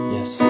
Yes